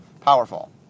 powerful